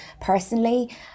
personally